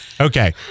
Okay